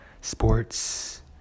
sports